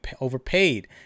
overpaid